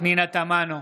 פנינה תמנו,